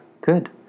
Good